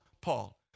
Paul